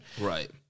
Right